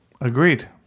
Agreed